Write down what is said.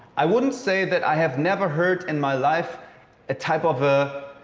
i wouldn't say that i have never heard in my life a type of ah